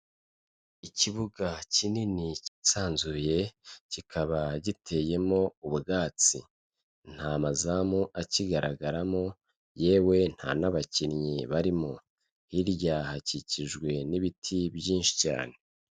Ikibuga kinini kisanzuye kikaba giteyemo ubwatsi, nta mazamu akigaragaramo yewe nta n'abakinnyi barimo, hirya hakikijwe n'ibiti byinshi cyane.